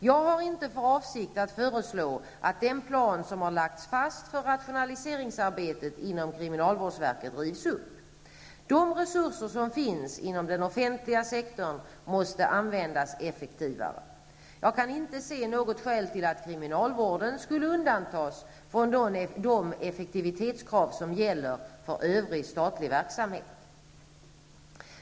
Jag har inte för avsikt att föreslå att den plan som har lagts fast för rationaliseringsarbetet inom kriminalvårdsverket rivs upp. De resurser som finns inom den offentliga sektorn måste användas effektivare. Jag kan inte se något skäl till att kriminalvården skall undantas från de effektivitetskrav som gäller för övrig statlig verksamhet.